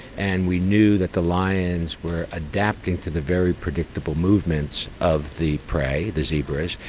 and we knew that the lions were adapting to the very predictable movements of the prey, the zebras.